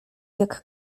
jak